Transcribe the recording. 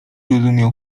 rozumiał